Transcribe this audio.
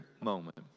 moment